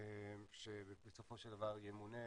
שבסופו של דבר ימונה.